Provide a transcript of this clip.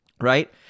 Right